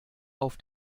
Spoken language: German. auf